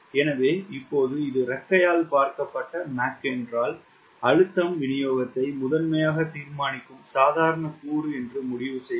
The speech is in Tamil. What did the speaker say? எனவே இப்போது இது இறக்கையால் பார்க்கப்பட்ட மாக் என்றால் அழுத்தம் விநியோகத்தை முதன்மையாக தீர்மானிக்கும் சாதாரண கூறு என்று முடிவு செய்யுங்கள்